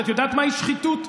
את יודעת מהי שחיתות?